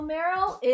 Meryl